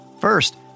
First